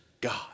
God